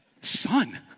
Son